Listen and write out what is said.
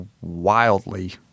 wildly